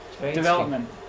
development